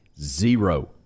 Zero